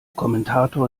kommentator